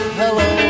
hello